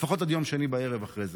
לפחות עד יום שני בערב אחרי זה.